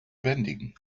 bändigen